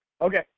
okay